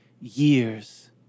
years